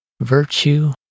virtue